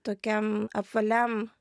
tokiam apvaliam